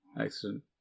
Excellent